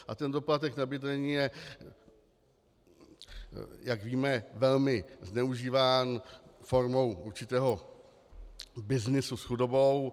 A doplatek na bydlení je, jak víme, velmi zneužíván formou určitého byznysu s chudobou.